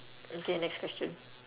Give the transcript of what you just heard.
okay next question